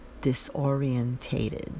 disorientated